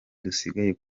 dusigaye